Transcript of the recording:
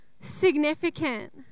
significant